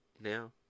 now